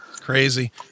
crazy